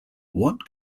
what